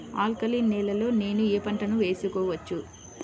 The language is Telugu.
ఆల్కలీన్ నేలలో నేనూ ఏ పంటను వేసుకోవచ్చు?